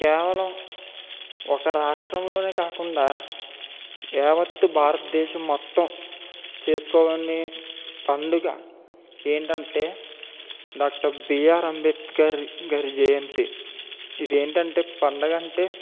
కేవలం ఒక రాష్ట్రంలోనే కాకుండా యావత్తు భారతదేశం మొత్తం చేసుకొనే పండగ ఏంటంటే డాక్టర్ బీఆర్ అంబేద్కర్ గారి జయంతి ఇది ఏంటంటే పండగ అంటే